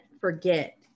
forget